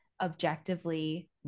objectively